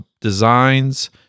designs